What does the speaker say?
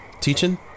Teaching